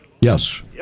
Yes